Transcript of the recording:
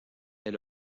est